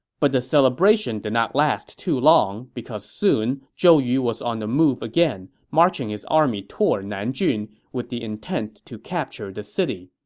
but the celebration did not last too long, though, because soon zhou yu was on the move again, marching his army toward nanjun with the intent to capture the city.